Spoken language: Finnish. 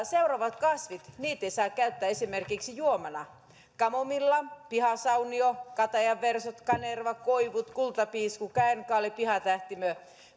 seuraavia kasveja ei saa käyttää esimerkiksi juomana kamomilla pihasaunio katajanversot kanerva koivut kultapiisku käenkaali pihatähtimö